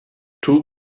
two